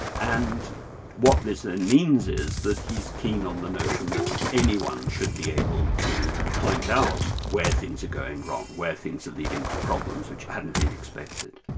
and what this and means is that he's keen on the notion that anyone should be able to point out where things are going wrong, where things are leading to problems which hadn't been expected.